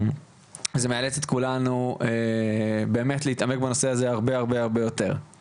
זה מאלץ את כולנו באמת להתעמק בנושא הזה הרבה הרבה יותר.